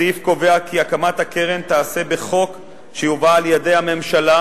הסעיף קובע כי הקמת הקרן תיעשה בחוק שיובא על-ידי הממשלה